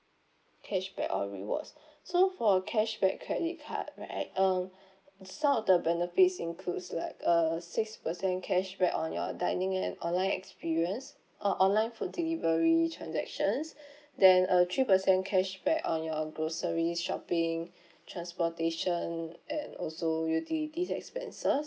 cashback or rewards so for cashback credit card right um some of the benefits includes like a six percent cashback on your dining and online experience ah online food delivery transactions then a three percent cashback on your grocery shopping transportation and also utilities expenses